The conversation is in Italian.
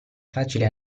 facile